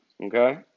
Okay